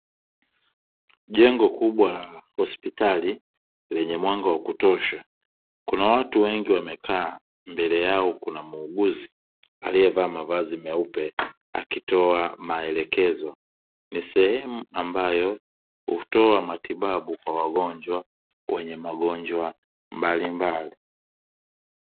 Jengo kubwa la hospitali, lenye mwanga wa kutosha, kuna watu wengi wamekaa, mbele yao kuna muuguzi. aliyevaa mavazi meupe akitoa maelekezo. Ni sehemu ambayo, hutoa matibabu kwa wagonjwa wenye magonjwa mbalimbali.